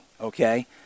Okay